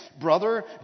brother